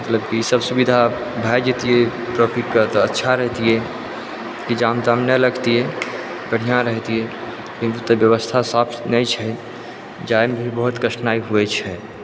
मतलब कि सब सुविधा भए जेतियै ट्रेफिकके तऽ अच्छा रहतियै कि जाम ताम नहि लगतियै बढ़िऑं रहतियै ई व्यवस्था तऽ साफ नहि छै जायमे भी बहुत कठिनाइ होइ छै